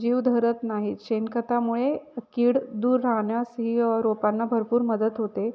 जीव धरत नाहीत शेणखतामुळे कीड दूर राहण्यास ही य रोपांना भरपूर मदत होते